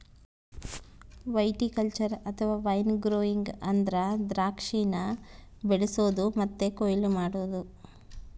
viticulture ಅಥವಾ wine growing ಅಂದ್ರ ದ್ರಾಕ್ಷಿನ ಬೆಳಿಸೊದು ಮತ್ತೆ ಕೊಯ್ಲು ಮಾಡೊದು